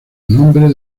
nombre